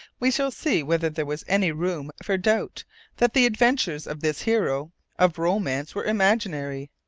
we shall see whether there was any room for doubt that the adventures of this hero of romance were imaginary.